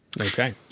Okay